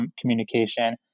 communication